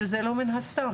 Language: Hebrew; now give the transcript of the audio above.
וזה לא מן הסתם.